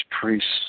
priests